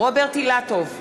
רוברט אילטוב,